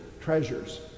treasures